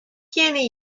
kenny